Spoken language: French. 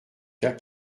cas